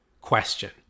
question